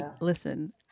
Listen